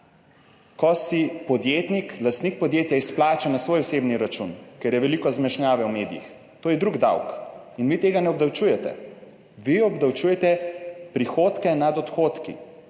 ko si podjetnik, lastnik podjetja, izplača na svoj osebni račun, ker je veliko zmešnjave v medijih, to je drug davek in vi tega ne obdavčujete. Vi obdavčujete prihodke nad odhodki